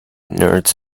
nerds